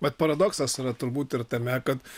bet paradoksas yra turbūt ir tame kad